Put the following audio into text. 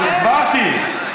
אתה הרי, אבל הסברתי.